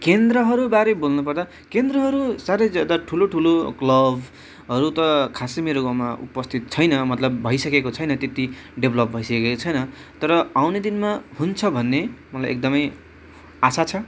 केन्द्रहरूबारे बोल्नुपर्दा केन्द्रहरू साह्रै ज्यादा ठुलो ठुलो क्लबहरू त खासै मेरो गाउँमा उपस्थित छैन मतलब भइसकेको छैन त्यत्ति डेब्लप भइसकेको छैन तर आउने दिनमा हुन्छ भन्ने मलाई एकदमै आशा छ